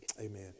amen